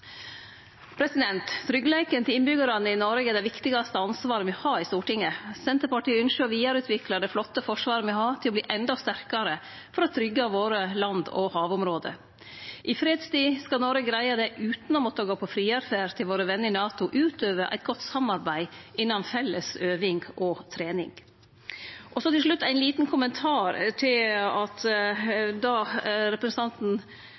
Tryggleiken til innbyggjarane i Noreg er det viktigaste ansvaret me har i Stortinget. Senterpartiet ønskjer å vidareutvikle det flotte Forsvaret me har til å verte endå sterkare, for å tryggje våre land- og havområde. I fredstid skal Noreg greie det utan å måtte gå på friarferd til våre vener i NATO ut over eit godt samarbeid innan felles øving og trening. Til slutt ein liten kommentar til at representanten